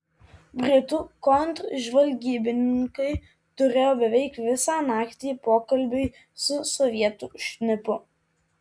britų kontržvalgybininkai turėjo beveik visą naktį pokalbiui su sovietų šnipu